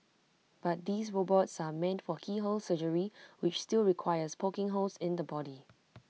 but these robots are meant for keyhole surgery which still requires poking holes in the body